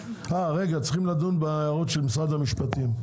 רגע צריכים לדון בהערות של משרד המשפטים.